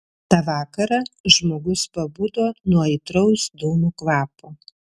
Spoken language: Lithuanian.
tą vakarą žmogus pabudo nuo aitraus dūmų kvapo